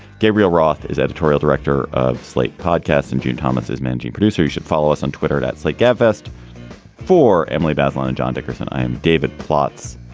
gabriel roth is editorial director of slate podcasts and jim thomas is managing producer who should follow us on twitter. that's like a yeah vest for emily bazelon, and john dickerson. i'm david plotz.